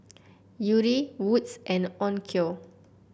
Yuri Wood's and Onkyo